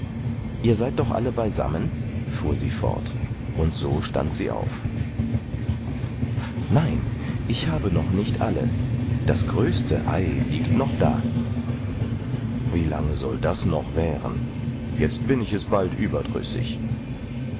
ihr seid doch alle beisammen fuhr sie fort und so stand sie auf nein ich habe noch nicht alle das größte ei liegt noch da wie lange soll das noch währen jetzt bin ich es bald überdrüssig